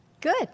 good